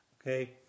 Okay